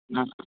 நான்